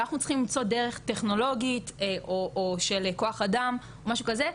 ואנחנו צריכים למצוא דרך טכנולוגית או של כוח אדם או משהו כזה,